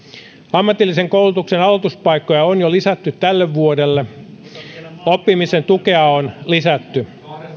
ammatillisen koulutuksen aloituspaikkoja on jo lisätty tälle vuodelle oppimisen tukea on lisätty